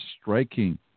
striking